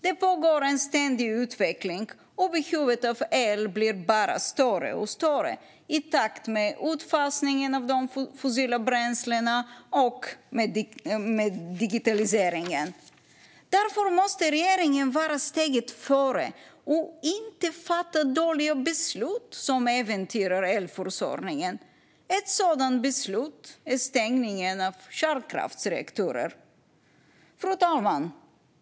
Det pågår en ständig utveckling, och behovet av el blir bara större och större i takt med utfasningen av de fossila bränslena och med digitaliseringen. Därför måste regeringen vara steget före och inte fatta dåliga beslut som äventyrar elförsörjningen. Ett sådant beslut är stängningen av kärnkraftsreaktorer. Fru talman!